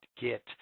get